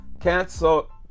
cancel